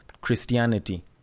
Christianity